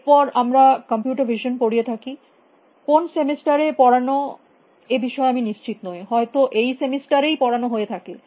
এর পরে আমরা কম্পিউটার ভিসন পড়িয়ে থাকি কোন সেমিস্টার এ পড়ানো এ বিষয়ে আমি নিশ্চিত নই হয়ত এই সেমিস্টার ই পড়ানো হয়ে থাকে